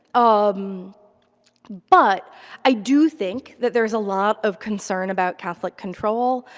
um but i do think that there is a lot of concern about catholic control.